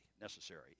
necessary